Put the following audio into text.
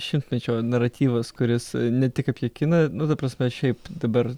šimtmečio naratyvas kuris ne tik apie kiną nu ta prasme šiaip dabar